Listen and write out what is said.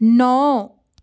ਨੌ